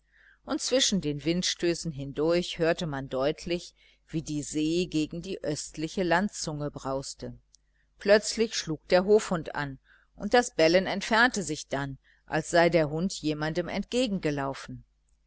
und zwischen den windstößen hindurch hörte man deutlich wie die see gegen die östliche landzunge brauste plötzlich schlug der hofhund an und das bellen entfernte sich dann als sei der hund jemandem